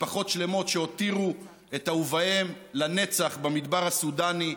משפחות שלמות שהותירו את אהוביהם לנצח במדבר הסודני,